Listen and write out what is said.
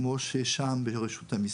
כמו ששע"ם (שירות עיבודים ממוחשבים) ברשות המיסים,